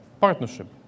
partnership